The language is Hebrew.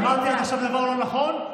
אמרתי עד עכשיו דבר לא נכון?